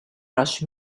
rush